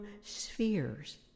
spheres